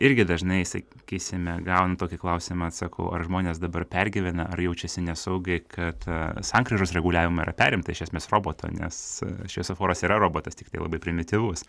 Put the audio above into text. irgi dažnai sakysime gaunu tokį klausimą atsakau ar žmonės dabar pergyvena ar jaučiasi nesaugiai kad sankryžos reguliavimą yra perimta iš esmės roboto nes šviesoforas yra robotas tiktai labai primityvus